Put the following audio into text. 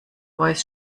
voice